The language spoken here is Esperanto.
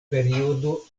periodo